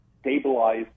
stabilize